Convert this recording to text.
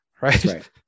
Right